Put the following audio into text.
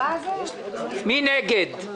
יש לה יושב-ראש, אמיר אסרף,